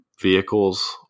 vehicles